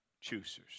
choosers